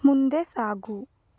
ಮುಂದೆ ಸಾಗು